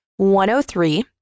103